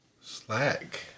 Slag